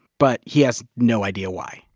but he has no idea why,